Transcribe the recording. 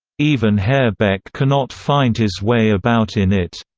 even herr beck cannot find his way about in it.